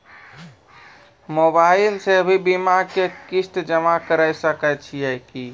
Mobile से भी बीमा के किस्त जमा करै सकैय छियै कि?